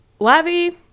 Lavi